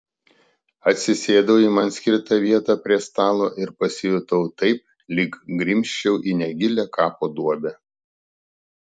atsisėdau į man skirtą vietą prie stalo ir pasijutau taip lyg grimzčiau į negilią kapo duobę